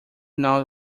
now